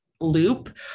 loop